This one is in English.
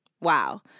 Wow